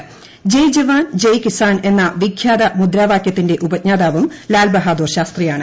ജയ് ജവാൻ ജയ് കിസാൻ എന്ന വിഖ്യാത മുദ്രാവാകൃത്തിന്റെ ഉപജ്ഞാതാവും ലാൽബഹാദൂർ ശാസ്ത്രിയാണ്